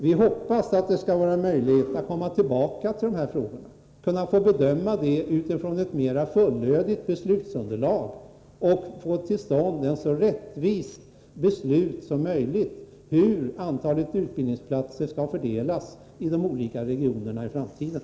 Vi hoppas att det skall vara möjligt att komma tillbaka till dessa frågor och få bedöma dem utifrån ett mer fullödigt beslutsunderlag. Vi måste få till stånd ett så rättvist beslut som möjligt beträffande hur antalet utbildningsplatser skall fördelas mellan de olika regionerna i framtiden.